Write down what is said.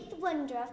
wonder